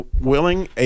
willing